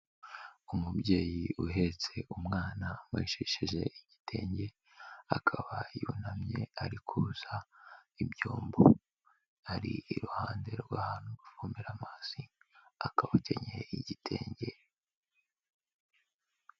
Umubyeyi uhetse umwana wajishije igitenge, akaba yunamye ari koza ibyombo; ari iruhande rw'ahantu bavomera amazi, akaba akenyeye igitenge.